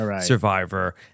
Survivor